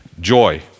joy